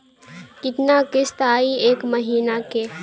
कितना किस्त आई एक महीना के?